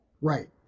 Right